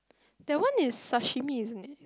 that one is sashimi isn't it